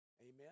Amen